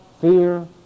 fear